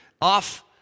off